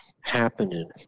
happening